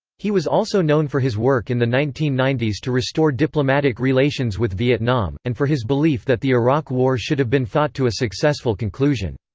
he was also known for his work in the nineteen ninety s to restore diplomatic relations with vietnam, and for his belief that the iraq war should have been fought to a successful conclusion.